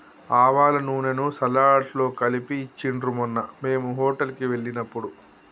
ఆవాల నూనెను సలాడ్స్ లో కలిపి ఇచ్చిండ్రు మొన్న మేము హోటల్ కి వెళ్ళినప్పుడు